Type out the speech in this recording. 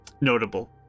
notable